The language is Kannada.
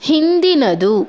ಹಿಂದಿನದು